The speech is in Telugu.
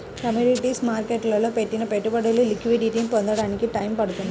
కమోడిటీస్ మార్కెట్టులో పెట్టిన పెట్టుబడులు లిక్విడిటీని పొందడానికి టైయ్యం పడుతుంది